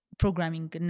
programming